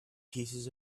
pieces